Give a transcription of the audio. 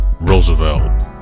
Roosevelt